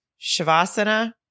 Shavasana